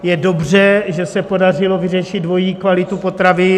Je dobře, že se podařilo vyřešit dvojí kvalitu potravin.